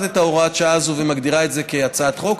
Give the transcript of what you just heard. את הוראת השעה הזאת ומגדירה את זה כהצעת חוק.